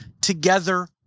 together